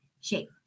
shape